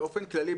באופן כללי,